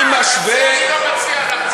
הוא מנהל את "גלי צה"ל"?